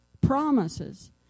promises